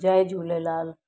Jay Jhulelal